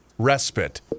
Respite